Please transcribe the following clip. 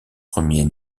premiers